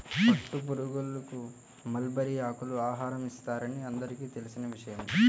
పట్టుపురుగులకు మల్బరీ ఆకులను ఆహారం ఇస్తారని అందరికీ తెలిసిన విషయమే